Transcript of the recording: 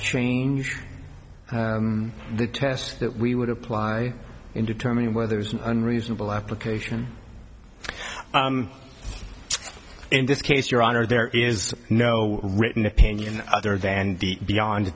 change the test that we would apply in determining whether it's an unreasonable application in this case your honor there is no written opinion other than the beyond